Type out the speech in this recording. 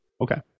Okay